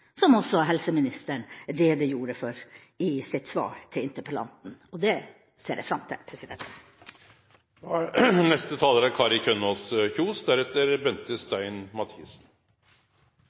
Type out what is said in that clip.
som også helseministeren redegjorde for i sitt svar til interpellanten, og det ser jeg fram til.